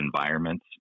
environments